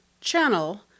channel